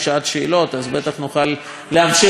אז בטח נוכל להמשיך את הדו-שיח הזה,